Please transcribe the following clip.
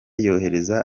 yohereza